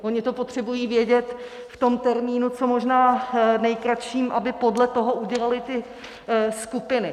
Oni to potřebují vědět v tom termínu co možná nejkratším, aby podle toho udělali ty skupiny.